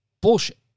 bullshit